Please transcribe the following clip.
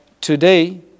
today